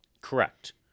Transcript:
correct